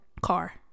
Car